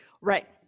Right